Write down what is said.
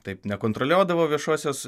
taip nekontroliuodavo viešosios